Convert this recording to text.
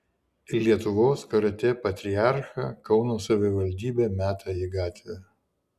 lietuvos karatė patriarchą kauno savivaldybė meta į gatvę